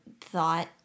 thought